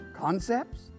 Concepts